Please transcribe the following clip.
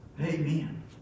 Amen